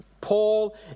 Paul